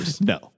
No